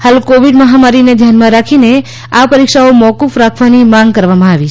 હાલ કોવિડ મહામારીને ધ્યાનમાં રાખીને આ પરીક્ષાઓ મોક્રફ રાખવાની માંગ કરવામાં આવી છે